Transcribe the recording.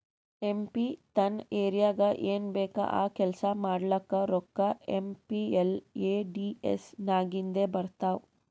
M P ತನ್ ಏರಿಯಾಗ್ ಏನ್ ಬೇಕ್ ಆ ಕೆಲ್ಸಾ ಮಾಡ್ಲಾಕ ರೋಕ್ಕಾ ಏಮ್.ಪಿ.ಎಲ್.ಎ.ಡಿ.ಎಸ್ ನಾಗಿಂದೆ ಬರ್ತಾವ್